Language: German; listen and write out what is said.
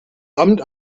amt